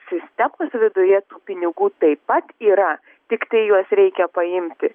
sistemos viduje tų pinigų taip pat yra tiktai juos reikia paimti